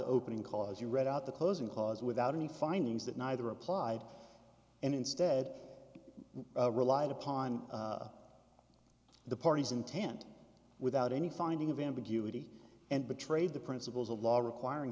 opening call as you read out the closing clause without any findings that neither applied and instead relied upon the parties intent without any finding of ambiguity and betrayed the principles of law requiring